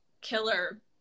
killer